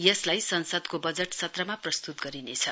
यसलाई संसदको बजट सत्रमा प्रस्तुत गरिनेछ